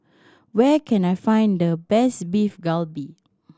where can I find the best Beef Galbi